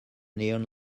neon